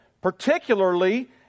particularly